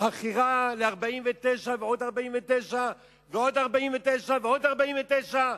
בחכירה ל-49 ועוד 49 ועוד 49 ועוד 49,